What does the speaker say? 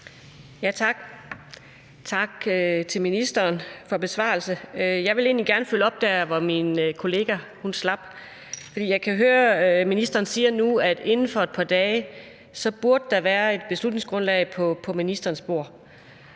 tak til ministeren for besvarelsen. Jeg vil egentlig gerne følge op der, hvor min kollega slap. For jeg kan høre, at ministeren siger nu, at inden for et par dage burde der være et beslutningsgrundlag på ministerens bord,